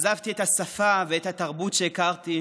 עזבתי את השפה ואת התרבות שהכרתי,